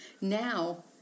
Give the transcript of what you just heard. Now